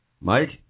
Mike